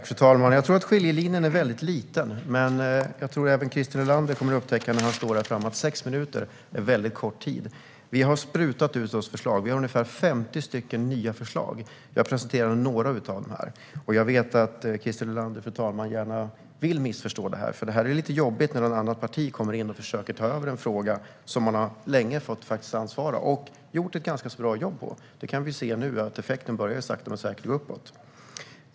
Fru talman! Jag tror att skillnaden är väldigt liten, och jag tror att även Christer Nylander när han står i talarstolen kommer att upptäcka att sex minuter är väldigt kort tid. Vi har sprutat ur oss förslag - vi har ungefär 50 nya förslag - och jag presenterade några av dem. Jag vet att Christer Nylander gärna vill missförstå detta, fru talman, för det är lite jobbigt när ett annat parti kommer in och försöker ta över en fråga man länge har fått ansvara för - och gjort ett ganska bra jobb med. Vi kan nu se att effekten börjar synas och att det sakta men säkert börjar gå uppåt.